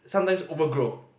sometimes overgrow